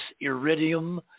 iridium